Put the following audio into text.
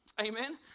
amen